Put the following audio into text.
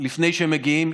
לפני שמגיעים,